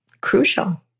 crucial